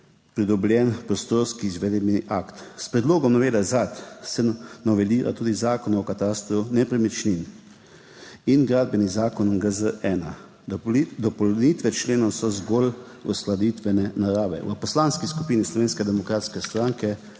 pridobljen prostorski izvedbeni akt. S predlogom novele ZAID se novelira tudi Zakon o katastru nepremičnin in Gradbeni zakon GZ-1. Dopolnitve členov so zgolj uskladitvene narave. V Poslanski skupini